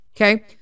Okay